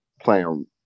playing